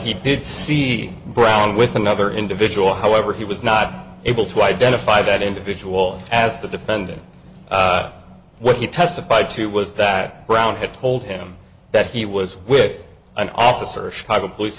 he did see brown with another individual however he was not able to identify that individual as the defendant what he testified to was that brown had told him that he was with an officer shot a police